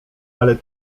ale